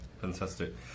fantastic